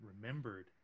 remembered